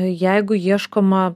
jeigu ieškoma